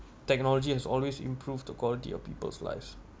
technology has always improve the quality of people's lives